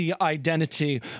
identity